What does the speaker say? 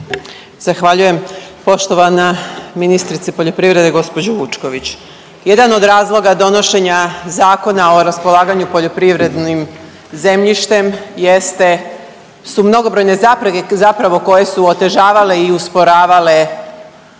Zahvaljujem. Poštovana ministrice poljoprivrede gđo. Vučković, jedan od razloga donošenja Zakona o raspolaganju poljoprivrednim zemljištem jeste, su mnogobrojne zapreke zapravo koje su otežavale i usporavale